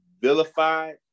vilified